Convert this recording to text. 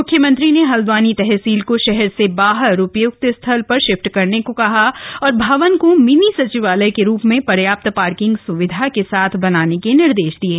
म्ख्यमंत्री ने हल्दवानी तहसील को शहर से बाहर उपय्क्त स्थल पर शिफ्ट करने को कहा और भवन को मिनी सचिवालय के रूप में पर्याप्त पार्किंग सुविधा के साथ बनाने के निर्देश दिये